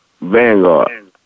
Vanguard